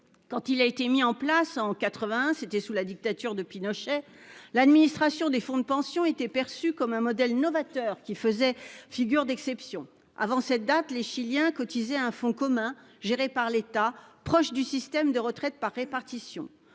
système a été mis en place en 1981, sous la dictature de Pinochet, l'administration des fonds de pension était perçue comme un modèle novateur, qui faisait figure d'exception. Avant cette date, les Chiliens cotisaient à un fonds commun, géré par l'État, qui s'apparentait à un système de retraite par répartition.